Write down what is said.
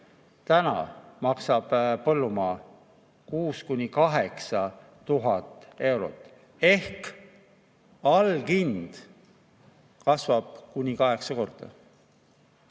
Täna maksab põllumaa 6000–8000 eurot ehk alghind kasvab kuni kaheksa korda.